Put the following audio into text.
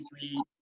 three